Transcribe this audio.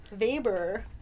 Weber